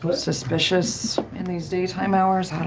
but suspicious in these daytime hours,